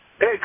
Hey